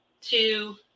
two